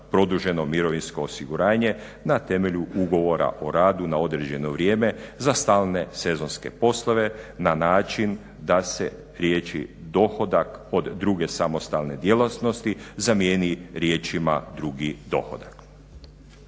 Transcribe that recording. produženo mirovinsko osiguranje na temelju ugovora o radu na određeno vrijeme za stalne sezonske poslove na način da se riječi "dohodak kod druge samostalne djelatnosti" zamijeni riječima "drugi dohodak".